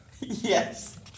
Yes